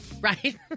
Right